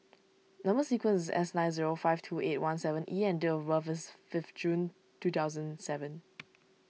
Number Sequence is S nine zero five two eight one seven E and date of birth is five June two thousand seven